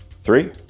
Three